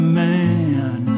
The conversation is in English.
man